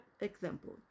example